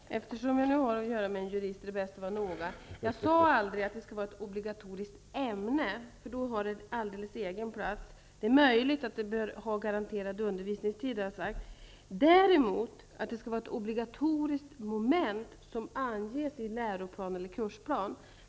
Fru talman! Eftersom vi nu har att göra med en jurist, är det bäst att vara noggrann. Jag sade aldrig att det skulle vara ett obligatoriskt ämne. Det skulle då få en alldeles egen plats. Det är däremot möjligt att det bör ha garanterad undervisningstid och att det skall vara ett obligatoriskt moment som anges i läroplan eller kursplan. Det har jag sagt.